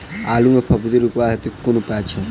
आलु मे फफूंदी रुकबाक हेतु कुन उपाय छै?